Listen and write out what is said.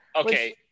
Okay